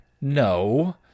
No